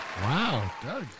wow